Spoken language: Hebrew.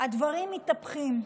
הדברים מתהפכים.